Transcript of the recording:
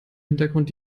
hintergrund